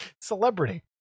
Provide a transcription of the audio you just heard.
Celebrity